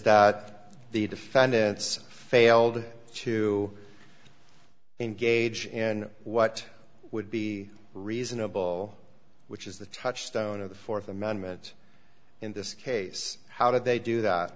that the defendants failed to engage in what would be reasonable which is the touchstone of the th amendment in this case how did they do that